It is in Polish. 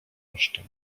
kosztem